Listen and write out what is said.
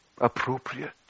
appropriate